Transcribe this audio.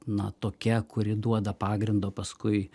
na tokia kuri duoda pagrindo paskui